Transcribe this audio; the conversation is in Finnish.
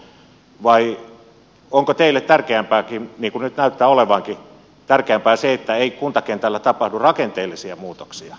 vai onko teille tärkeämpää niin kuin nyt näyttää olevankin se että kuntakentällä ei tapahdu rakenteellisia muutoksia